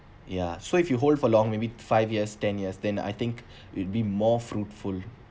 ya so if you hold for long maybe five years ten years then I think it'd be more fruitful